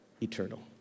eternal